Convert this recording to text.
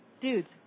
Dudes